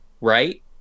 right